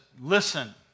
listen